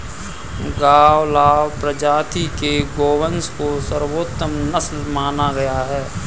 गावलाव प्रजाति के गोवंश को सर्वोत्तम नस्ल माना गया है